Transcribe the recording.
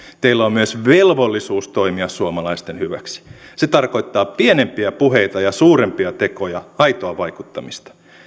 on myös velvollisuus toimia suomalaisten hyväksi se tarkoittaa pienempiä puheita ja suurempia tekoja aitoa vaikuttamista